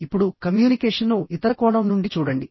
ఇప్పుడు కమ్యూనికేషన్ను ఇతర కోణం నుండి చూడండి